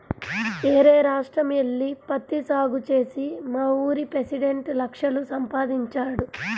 యేరే రాష్ట్రం యెల్లి పత్తి సాగు చేసి మావూరి పెసిడెంట్ లక్షలు సంపాదించాడు